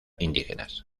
indígenas